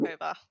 over